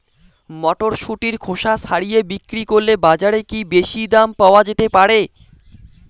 মটরশুটির খোসা ছাড়িয়ে বিক্রি করলে বাজারে কী বেশী দাম পাওয়া যেতে পারে?